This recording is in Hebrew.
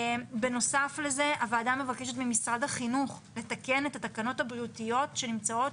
בנוסף לזה הוועדה מבקשת ממשרד החינוך לתקן את התקנות הבריאותיות שנמצאות